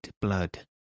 blood